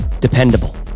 dependable